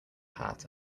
hat